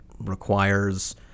requires